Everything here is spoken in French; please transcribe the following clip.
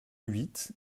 huit